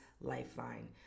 Lifeline